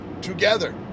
together